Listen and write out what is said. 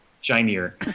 Shinier